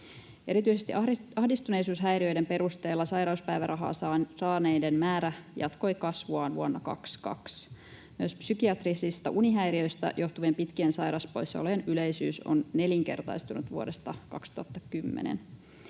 Erityisesti ahdistuneisuushäiriöiden perusteella sairauspäivärahaa saaneiden määrä jatkoi kasvuaan vuonna 22. Myös psykiatrisista unihäiriöistä johtuvien pitkien sairauspoissaolojen yleisyys on nelinkertaistunut vuodesta 2010.